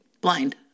Blind